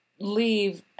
leave